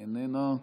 איננה,